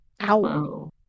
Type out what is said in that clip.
Ow